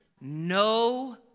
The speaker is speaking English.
No